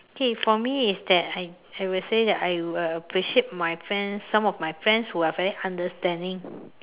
okay for me is that I I will say that I will appreciate my friend some of my friends who are very understanding